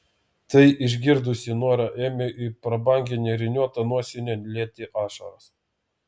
tai išgirdusi nora ėmė į prabangią nėriniuotą nosinę lieti ašaras